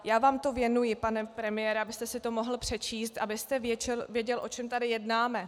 Já vám to věnuji, pane premiére, abyste si to mohl přečíst, abyste věděl, o čem tady jednáme.